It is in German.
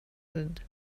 sind